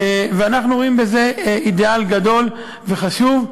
ואנחנו רואים בזה אידיאל גדול וחשוב,